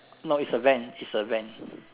no is a van is a van